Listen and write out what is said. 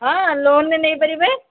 ହଁ ଲୋନରେ ନେଇପାରିବେ